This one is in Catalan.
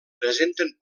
presenten